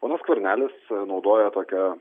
ponas skvernelis naudoja tokią